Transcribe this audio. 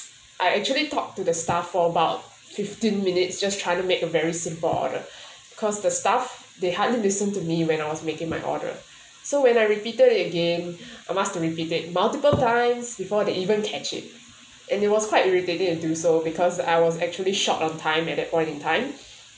I actually talked to the staff for about fifteen minutes just trying to make a very simple order cause the staff they hardly listen to me when I was making my order so when I repeated it again I must to repeated multiple times before they even catch it and it was quite irritating to do so because I was actually short on time at that point in time